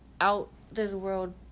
out-this-world